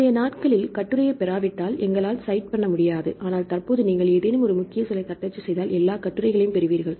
முந்தைய நாட்களில் கட்டுரையைப் பெறாவிட்டால் எங்களால் சைட் பண்ண முடியாது ஆனால் தற்போது நீங்கள் ஏதேனும் ஒரு முக்கிய சொல்லைத் தட்டச்சு செய்தால் எல்லா கட்டுரைகளையும் பெறுவீர்கள்